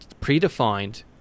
predefined